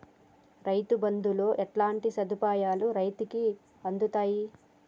రైతు బంధుతో ఎట్లాంటి సదుపాయాలు రైతులకి అందుతయి?